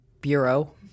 bureau